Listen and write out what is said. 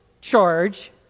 charge